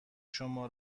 شما